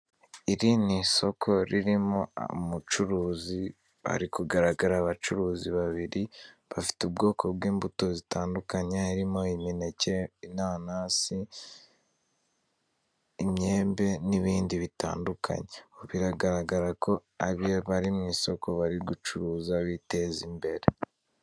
Iri ni isoko ririmo umucuruzi, hari kugaragara abacuruzi babiri bafite ubwoko bw'imbuto zitandukanye, harimo imineke, inanasi, imyembe n'ibindi bitandukanye, biragaragara ko bari mu isoko, bari gucuruza biteza imbere.